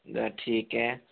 ठीक है